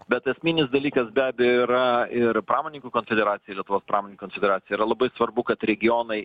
bet esminis dalykas be abejo yra ir pramoninkų konfederacija lietuvos pramoninkų konfederacija labai svarbu kad regionai